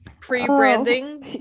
pre-branding